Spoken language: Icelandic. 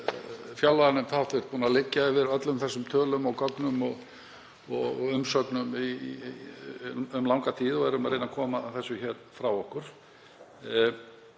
fjárlaganefnd erum búin að liggja yfir öllum þessum tölum og gögnum og umsögnum í langa tíð og erum að reyna að koma því frá okkur.